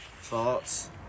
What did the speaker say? Thoughts